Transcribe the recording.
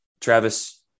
Travis